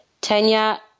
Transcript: Tanya